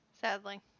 sadly